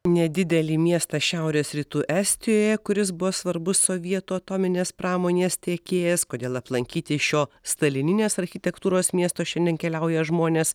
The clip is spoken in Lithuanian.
nedidelį miestą šiaurės rytų estijoje kuris buvo svarbus sovietų atominės pramonės tiekėjas kodėl aplankyti šio stalininės architektūros miesto šiandien keliauja žmonės